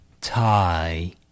tie